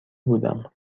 بودم